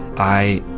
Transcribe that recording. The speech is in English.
i